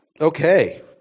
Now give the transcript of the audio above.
Okay